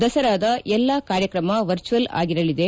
ದಸರಾದ ಎಲ್ಲಾ ಕಾರ್ಯಕ್ರಮ ವರ್ಜುವಲ್ ಆಗಿರಲಿದೆ